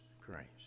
Christ